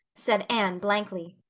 said anne blankly.